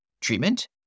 treatment